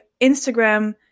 Instagram